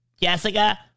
jessica